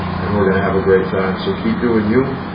and we're going to have a great time so keep doing you.